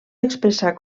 expressar